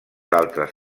altres